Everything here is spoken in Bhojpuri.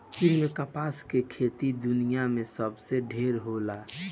चीन में कपास के खेती दुनिया में सबसे ढेर होला